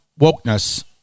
wokeness